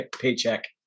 paycheck